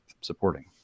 supporting